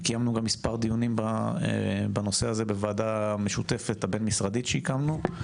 קיימנו גם מספר דיונים בנושא הזה בוועדה הבין-משרדית המשותפת שהקמנו.